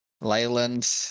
Leyland